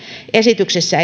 esityksessä